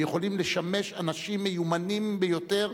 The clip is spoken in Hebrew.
ויכולים לשמש אנשים מיומנים ביותר,